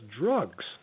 drugs